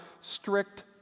strict